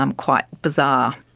um quite bizarre.